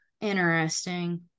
Interesting